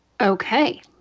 Okay